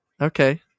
Okay